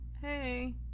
hey